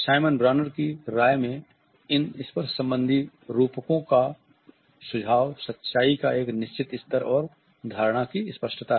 Simon Bronner की राय में इन स्पर्श सम्बन्धी रूपकों का सुझाव सच्चाई का एक निश्चित स्तर और धारणा की स्पष्टता है